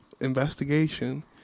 investigation